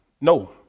No